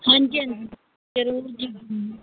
ਹਾਂਜੀ ਹਾਂਜੀ ਜ਼ਰੂਰ ਜੀ ਦੇਵਾਂਗੇ